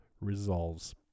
resolves